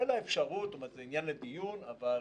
זה עניין לדיון, אבל